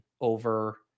over